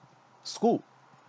school